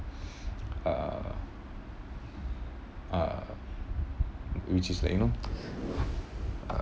uh which is like you know uh